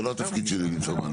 זה לא התפקיד שלי למצוא מענה.